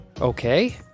okay